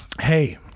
Hey